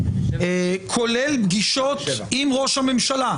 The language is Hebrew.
כולל פגישות עם ראש הממשלה,